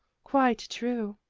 quite true,